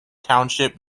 township